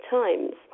times